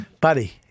Buddy